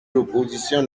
l’opposition